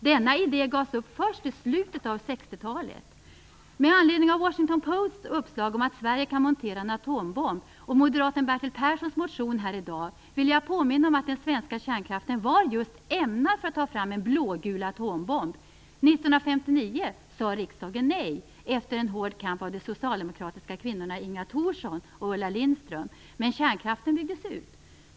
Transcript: Denna idé gavs upp först i slutet av 60-talet. Bertil Perssons motion här i dag vill jag påminna om att den svenska kärnkraften var ämnad just för att ta fram en blågul atombomb. 1959 sade riksdagen nej till detta, efter en hård kamp av de socialdemokratiska kvinnorna Inga Thorsson och Ulla Lindström. Men kärnkraften byggdes ut.